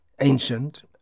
ancient